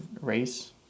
race